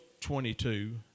22